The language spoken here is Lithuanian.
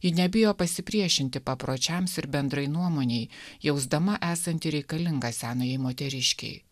ji nebijo pasipriešinti papročiams ir bendrai nuomonei jausdama esanti reikalinga senajai moteriškei